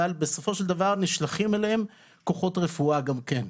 אבל בסופו של דבר נשלחים אליהם כוחות רפואה גם כן.